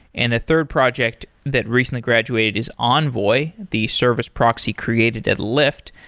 and a third project that recently graduated is envoy, the service proxy created at lyft.